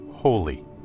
Holy